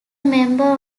member